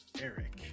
Eric